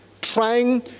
trying